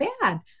bad